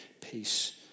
peace